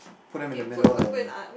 put them in the middle and